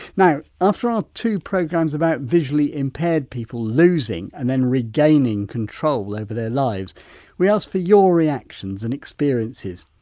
now ah after our two programmes about visually impaired people losing and then regaining control over their lives we asked for your reactions and experiences.